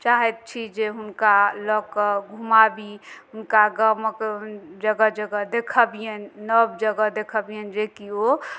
चाहैत छी जे हुनका लअ कऽ घुमाबी हुनका गामक जगह जगह देखबियनि नव जगह देखबियनि जेकि ओ